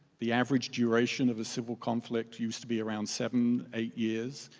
the average duration of a civil conflict used to be around seven, eight years.